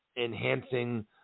enhancing